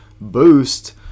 boost